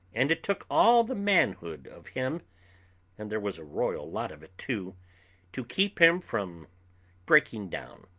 and it took all the manhood of him and there was a royal lot of it, too to keep him from breaking down.